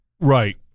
Right